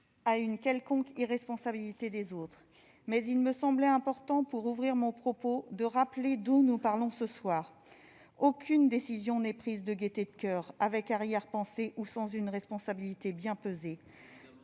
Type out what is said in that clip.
à une quelconque irresponsabilité des autres. Mais il me semblait important, pour ouvrir mon propos, de rappeler d'où nous parlons ce soir. Aucune décision n'est prise de gaieté de coeur, avec arrière-pensée ou sans une responsabilité bien pesée.